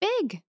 big